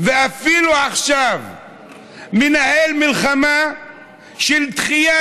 אפילו עכשיו הוא מנהל מלחמה של דחייה,